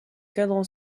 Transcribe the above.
cadran